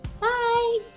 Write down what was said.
Bye